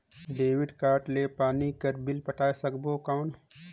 Debit card ले पानी कर बिल पटाय सकबो कौन?